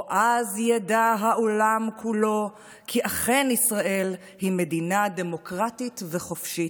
או-אז ידע העולם כולו כי אכן ישראל היא מדינה דמוקרטית וחופשית,